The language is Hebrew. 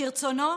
כרצונו,